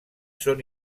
són